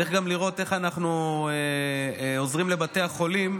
צריך גם לראות איך אנחנו עוזרים לבתי החולים,